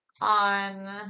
on